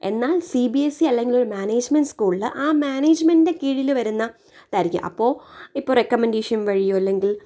എന്നാൽ സിബിഎസ്ഇ അല്ലെങ്കിൽ മാനേജ്മെന്റ് സ്കൂളില് ആ മാനേജ്മെന്റിന്റെ കീഴില് വരുന്നതായിരിക്കും അപ്പോൾ ഇപ്പോൾ റെക്കമെന്റേഷനിൽ വഴിയോ അല്ലെങ്കിൽ